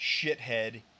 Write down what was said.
shithead